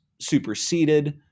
superseded